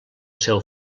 seu